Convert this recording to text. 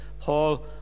Paul